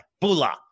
Bula